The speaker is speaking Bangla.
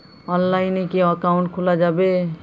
অনলাইনে কি অ্যাকাউন্ট খোলা যাবে?